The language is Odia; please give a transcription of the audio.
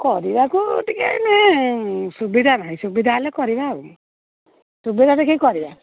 କରିବାକୁ ଟିକେ ନ ସୁବିଧା ନାହିଁ ସୁବିଧା ହେଲେ କରିବା ଆଉ ସୁବିଧା ଦେଖିକି କରିବା